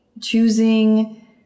choosing